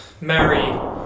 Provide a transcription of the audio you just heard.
marry